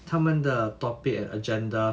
他们的 topic agenda